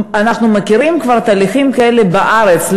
אנחנו כבר מכירים תהליכים כאלה בארץ,